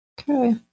Okay